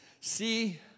see